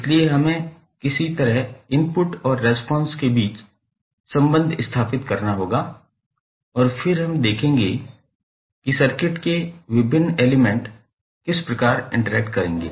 इसलिए हमें किसी तरह इनपुट और रिस्पॉन्स के बीच संबंध स्थापित करना होगा और फिर हम देखेंगे कि सर्किट के विभिन्न एलिमेंट किस प्रकार इंटरैक्ट करेंगे